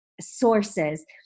sources